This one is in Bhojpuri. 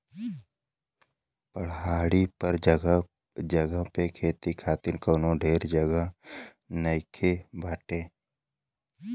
पहाड़ी जगह पे खेती खातिर कवनो ढेर जगही त नाही बाटे